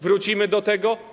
Wrócimy do tego.